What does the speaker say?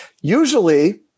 Usually